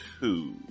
two